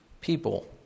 people